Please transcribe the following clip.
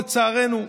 לצערנו.